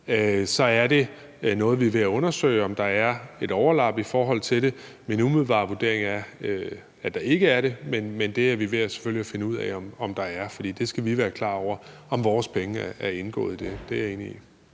er det noget, vi er ved at undersøge, altså om der er et overlap i forhold til det. Min umiddelbare vurdering er, at der ikke er det, men det er vi selvfølgelig ved at finde ud af om der er, for vi skal være klar over, om vores penge er indgået